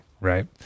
Right